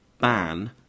ban